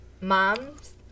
moms